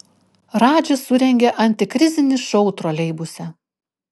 radžis surengė antikrizinį šou troleibuse